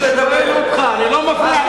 אני שואל אותך, אני לא מפריע לך.